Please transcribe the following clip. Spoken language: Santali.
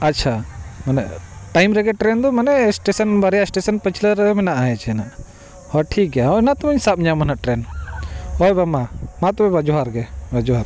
ᱟᱪᱷᱟ ᱢᱟᱱᱮ ᱴᱟᱭᱤᱢ ᱨᱮᱜᱮ ᱴᱨᱮᱱ ᱫᱚ ᱢᱟᱱᱮ ᱥᱴᱮᱥᱚᱱ ᱵᱟᱨᱭᱟ ᱥᱴᱮᱥᱚᱱ ᱯᱤᱪᱷᱞᱟᱹ ᱨᱮ ᱢᱮᱱᱟᱜ ᱪᱮ ᱱᱟᱦᱟᱜ ᱦᱚᱸ ᱴᱷᱤᱠ ᱜᱮᱭᱟ ᱦᱳᱭ ᱚᱱᱟ ᱛᱚᱵᱮᱧ ᱥᱟᱵ ᱧᱟᱢᱟ ᱱᱟᱦᱟᱜ ᱴᱨᱮᱱ ᱦᱳᱭ ᱵᱟᱼᱢᱟ ᱢᱟᱼᱛᱚᱵᱮ ᱵᱟ ᱡᱚᱦᱟᱨᱼᱜᱮ ᱡᱚᱦᱟᱨᱼᱜᱮ